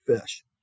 fish